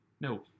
No